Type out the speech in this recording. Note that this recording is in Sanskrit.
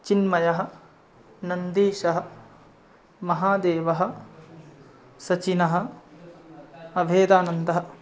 चिन्मयः नन्दीशः महादेवः सचिनः अभेदानन्दः